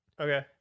Okay